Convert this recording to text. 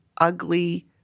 ugly